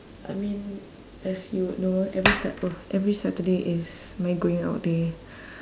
I mean as you would know every sat~ oh every saturday is my going out day